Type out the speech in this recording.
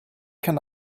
can